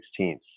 16th